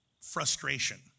frustration